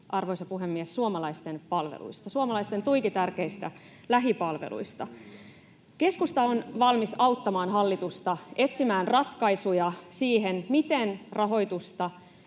arvoisa puhemies, suomalaisten palveluista, suomalaisten tuiki tärkeistä lähipalveluista. Keskusta on valmis auttamaan hallitusta etsimään ratkaisuja siihen, miten rahoitusta